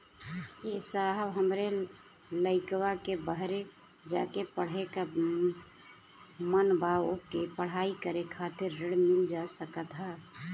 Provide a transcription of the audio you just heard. ए साहब हमरे लईकवा के बहरे जाके पढ़े क मन बा ओके पढ़ाई करे खातिर ऋण मिल जा सकत ह?